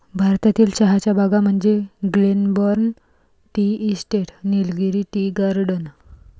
भारतातील चहाच्या बागा म्हणजे Glenburn tea estate, Nilgiri tea garden